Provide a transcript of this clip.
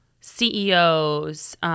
CEOs –